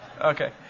Okay